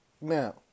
Now